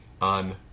on